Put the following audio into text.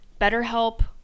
BetterHelp